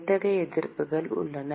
எத்தனை எதிர்ப்புகள் உள்ளன